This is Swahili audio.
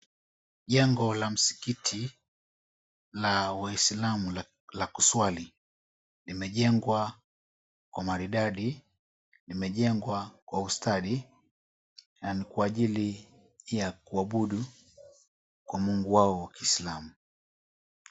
Jengo la msikiti la waislamu la la kuswali. Limejengwa kwa maridadi, limejengwa kwa ustadi na ni kwa ajili ya kuabudu kwa Mungu wao wa kiislamu.